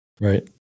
Right